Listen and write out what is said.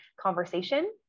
conversation